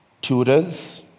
tutors